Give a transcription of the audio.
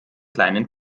kleinen